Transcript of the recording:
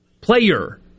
Player